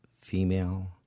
female